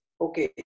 Okay